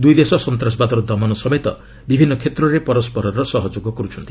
ଦୁଇ ଦେଶ ସନ୍ତାସବାଦର ଦମନ ସମେତ ବିଭିନ୍ନ କ୍ଷେତ୍ରରେ ପରସ୍କରର ସହଯୋଗ କରୁଛନ୍ତି